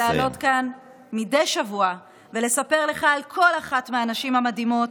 אני עומדת לעלות כאן מדי שבוע ולספר לך על כל אחת מהנשים המדהימות